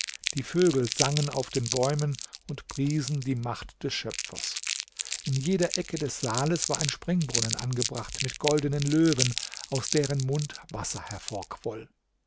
die vögel sangen auf den bäumen und priesen die macht des schöpfers in jeder ecke des saales war ein springbrunnen angebracht mit goldenen löwen aus deren mund wasser hervorquoll